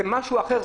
זה משהו אחר,